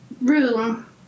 room